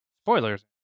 Spoilers